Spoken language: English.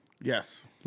Yes